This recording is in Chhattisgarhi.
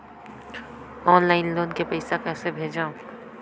ऑनलाइन लोन के पईसा कइसे भेजों?